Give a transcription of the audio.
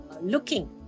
looking